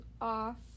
off